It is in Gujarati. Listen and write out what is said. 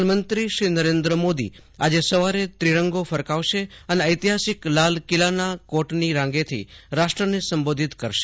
પ્રધાનમંત્રી નરેન્દ્ર મોદી આવતીકાલે સવારે ત્રિરંગો ફરકાવશે અને ઐતિહાસિક લાલ કિલ્લાના કોટની રાંગેથી રાષ્ટ્રને સંબોધન કરશે